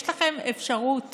יש לכם אפשרות